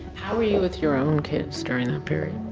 how are you with your own kids during that period?